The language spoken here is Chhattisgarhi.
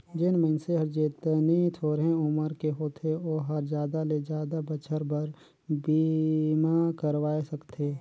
जेन मइनसे हर जेतनी थोरहें उमर के होथे ओ हर जादा ले जादा बच्छर बर बीमा करवाये सकथें